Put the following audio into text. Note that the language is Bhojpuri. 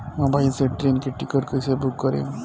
मोबाइल से ट्रेन के टिकिट कैसे बूक करेम?